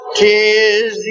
tis